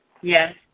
Yes